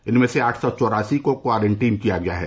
इनमें से आठ सौ चौरासी को क्वारंटीन किया गया है